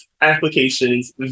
applications